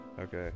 Okay